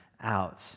out